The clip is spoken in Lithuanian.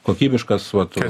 kokybiškas vat